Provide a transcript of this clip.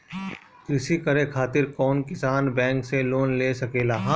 कृषी करे खातिर कउन किसान बैंक से लोन ले सकेला?